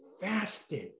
fasted